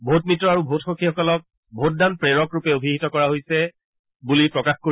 vote মিত্ৰ আৰু vote সখীসকলক ভোটদান প্ৰেৰক ৰূপে অভিহিত কৰা হৈছে বুলি তেওঁ প্ৰকাশ কৰে